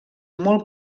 molt